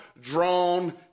drawn